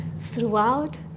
throughout